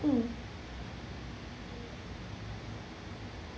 mm